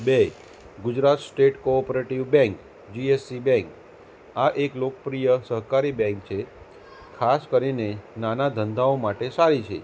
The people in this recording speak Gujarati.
બે Gujarat state cooperative bank GSC bank આ એક લોકપ્રિય સહકારી બેન્ક છે ખાસ કરીને નાના ધંધાઓ માટે સારી છે